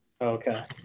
Okay